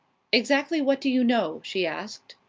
exactly what do you know? she asked.